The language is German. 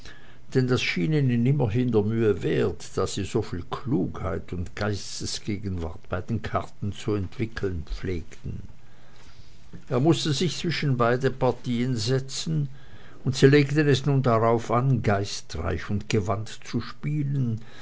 denn das schien ihnen immerhin der mühe wert da sie soviel klugheit und geistesgegenwart bei den karten zu entwickeln pflegten er mußte sich zwischen beide partien setzen und sie legten es nun darauf an geistreich und gewandt zu spielen